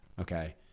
okay